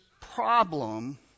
problem